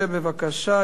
בבקשה.